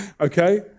Okay